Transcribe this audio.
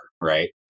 right